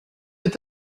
est